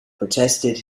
protested